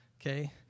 Okay